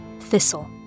Thistle